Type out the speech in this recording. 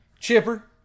Chipper